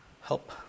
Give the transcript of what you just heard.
help